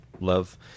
love